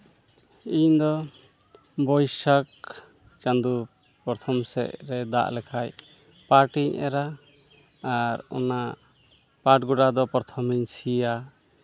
ᱤᱧᱫᱚ ᱵᱳᱭᱥᱟᱠᱷ ᱪᱟᱸᱫᱚ ᱯᱨᱚᱛᱷᱚᱢ ᱥᱮᱫ ᱨᱮ ᱫᱟᱜ ᱞᱮᱠᱷᱟᱱ ᱯᱟᱴᱤᱧ ᱮᱨᱟ ᱟᱨ ᱚᱱᱟ ᱯᱟᱴ ᱜᱚᱰᱟ ᱫᱚ ᱯᱨᱚᱛᱷᱚᱢ ᱤᱧ ᱥᱤᱭᱟ